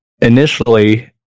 Initially